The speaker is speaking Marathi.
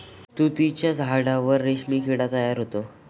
तुतीच्या झाडावर रेशीम किडा तयार होतो